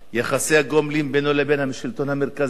יחסי הגומלין בינו לבין השלטון המרכזי,